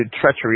treachery